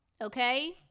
okay